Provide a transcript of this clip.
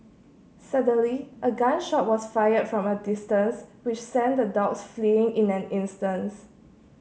suddenly a gun shot was fired from a distance which sent the dogs fleeing in an instance